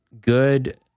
good